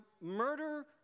murder